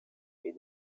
est